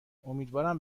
امیدوارم